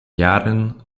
jaren